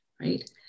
Right